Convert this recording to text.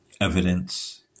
evidence